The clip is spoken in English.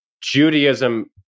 Judaism